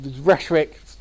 rhetoric